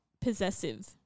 possessive